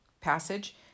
passage